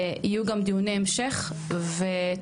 ויהיו גם דיוני המשך ותודה,